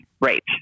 Right